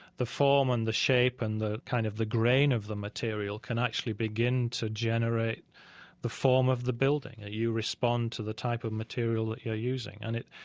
the form and the shape and the, kind of the grain of the material can actually begin to generate the form of the building. you respond to the type of material that you're using. and it,